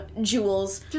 jewels